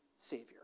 Savior